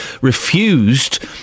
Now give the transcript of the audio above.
refused